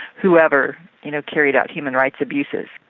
whoever you know carried out human rights abuses.